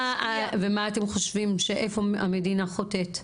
ומה אתם חושבים, שאיפה המדינה חוטאת?